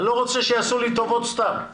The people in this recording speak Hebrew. אני לא רוצה שיעשו לי טובות סתם.